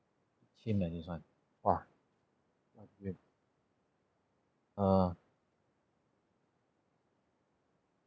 chim leh this one !wah! okay err